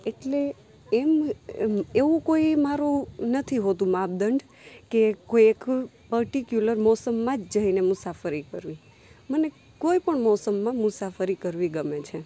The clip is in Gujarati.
એટલે એમ એવો કોઈ મારો નથી હોતું માપદંડ કે કોઈ એક પર્ટીક્યુલર મોસમમાં જઈને મુસાફરી કરું મને કોઈપણ મોસમમાં મુસાફરી કરવી ગમે છે